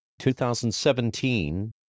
2017